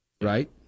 Right